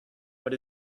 but